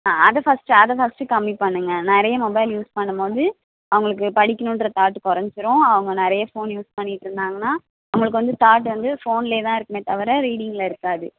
ஆ அதை ஃபஸ்ட்டு அதை ஃபஸ்ட்டு கம்மி பண்ணுங்கள் நிறைய மொபைல் யூஸ் பண்ணும் போது அவங்களுக்கு படிக்கணுன்ற தாட்டு குறஞ்சிரும் அவங்க நிறைய ஃபோன் யூஸ் பண்ணிகிட்டு இருந்தாங்கன்னால் அவங்களுக்கு வந்து தாட் வந்து ஃபோன்லேயே தான் இருக்குமே தவிர ரீடிங்கில் இருக்காது